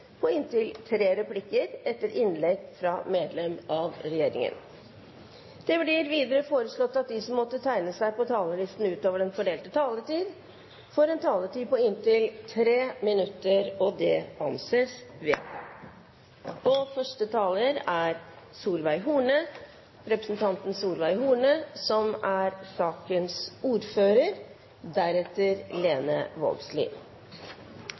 på inntil tre replikker med svar etter innlegg fra medlem av regjeringen innenfor den fordelte taletid. Det blir videre foreslått at de som måtte tegne seg på talerlisten utover den fordelte taletid, får en taletid på inntil 3 minutter. – Det anses vedtatt. Det er i grunnen en glede å være ordfører for en slik viktig sak, og at det er